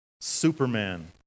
Superman